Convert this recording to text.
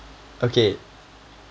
okay